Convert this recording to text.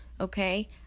Okay